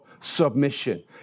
submission